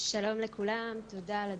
שלום לכולם, תודה על הדיון.